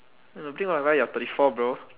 you are thirty four bro